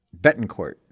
Betancourt